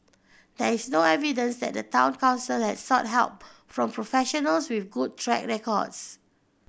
there is no evidence that the Town Council has sought help from professionals with good track records